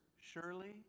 surely